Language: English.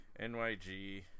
NYG